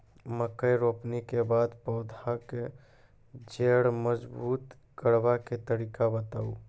मकय रोपनी के बाद पौधाक जैर मजबूत करबा के तरीका बताऊ?